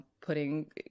putting